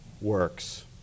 works